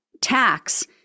tax